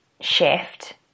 shift